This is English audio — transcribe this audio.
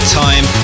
time